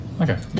Okay